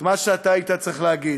את מה שאתה היית צריך להגיד,